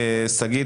שגית,